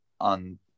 on